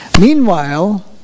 Meanwhile